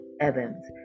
Evans